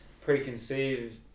preconceived